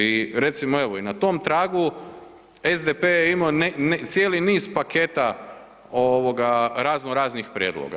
I recimo, evo i na tom tragu SDP je imao cijeli niz paketa ovoga razno raznih prijedloga.